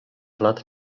lat